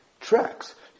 tracks